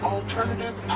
Alternative